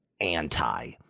anti